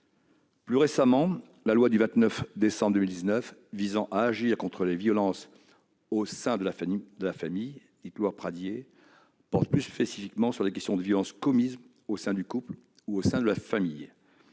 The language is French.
plus récente du 29 décembre 2019 visant à agir contre les violences au sein de la famille, dite loi Pradié, porte plus spécifiquement sur les questions de violences commises au sein du couple ou au sein de la famille.